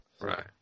Right